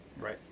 Right